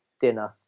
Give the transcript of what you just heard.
dinner